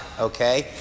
okay